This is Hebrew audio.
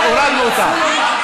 הורדנו אותה.